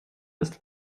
ist